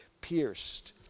pierced